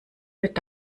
wird